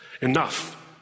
enough